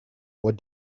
what